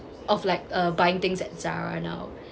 of like uh buying things at zara now